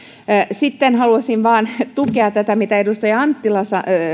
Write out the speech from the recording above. sitten haluaisin vain tukea tätä mitä edustaja anttila